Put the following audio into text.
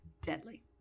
Deadly